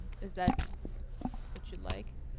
is that what you'd like?